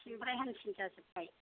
सिबाय हामसिन जाजोबबाय